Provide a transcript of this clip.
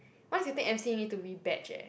once you take m_c you need to rebatch eh